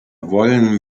wollen